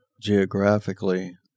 Geographically